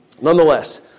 Nonetheless